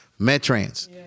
Metrans